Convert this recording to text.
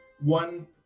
one